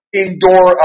indoor